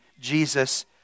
Jesus